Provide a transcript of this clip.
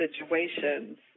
situations